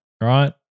right